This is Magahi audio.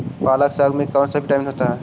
पालक साग में विटामिन कौन सा है?